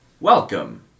Welcome